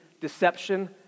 deception